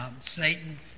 Satan